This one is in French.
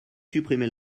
supprimez